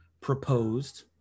proposed